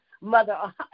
Mother